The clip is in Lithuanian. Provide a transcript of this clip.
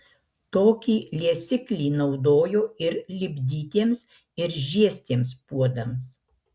tokį liesiklį naudojo ir lipdytiems ir žiestiems puodams